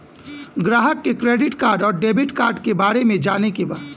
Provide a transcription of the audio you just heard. ग्राहक के credit card और डेविड कार्ड के बारे में जाने के बा?